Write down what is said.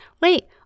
wait